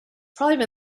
probably